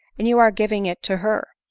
and you are giving it to her.